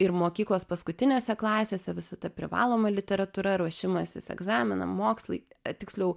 ir mokyklos paskutinėse klasėse visa ta privaloma literatūra ruošimasis egzaminam mokslai tiksliau